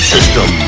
System